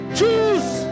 Choose